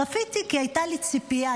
צפיתי, כי הייתה לי ציפייה.